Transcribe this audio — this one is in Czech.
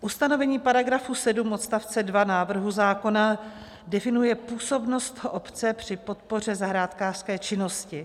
Ustanovení § 7 odst. 2 návrhu zákona definuje působnost obce při podpoře zahrádkářské činnosti.